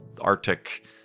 Arctic